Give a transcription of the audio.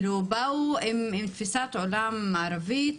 כלומר הם באו עם תפיסת עולם מערבית,